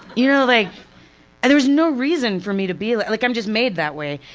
you know like and there's no reason for me to be like like i'm just made that way.